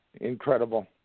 Incredible